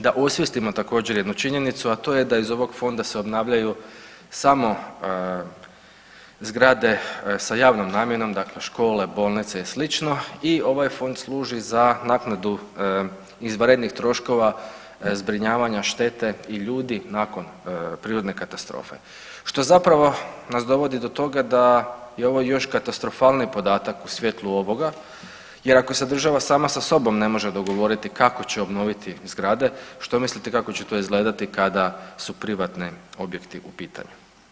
Da osvijestimo također jednu činjenicu, a to je da iz ovog fonda se obnavljaju samo zgrade sa javnom namjenom, dakle škole, bolnice i slično i ovaj fond služi za naknadu izvanrednih troškova zbrinjavanja štete i ljudi nakon prirodne katastrofe, što zapravo nas dovodi do toga da je ovo još katastrofalniji podatak u svjetlu ovoga jer ako se država sama sa sobom ne može dogovoriti kako će obnoviti zgrade, što mislite kako će to izgledati kada su privatni objekti u pitanju.